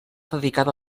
dedicada